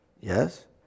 yes